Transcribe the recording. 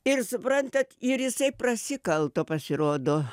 ir suprantat ir jisai prasikalto pasirodo